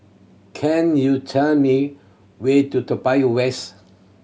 can you tell me way to Toa Payoh West